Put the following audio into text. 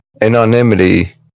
anonymity